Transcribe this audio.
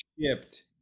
shipped